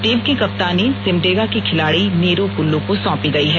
team की कप्तानी सिमडेगा की खिलाड़ी नीरू कुल्लू को सौंपी गई है